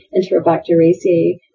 Enterobacteriaceae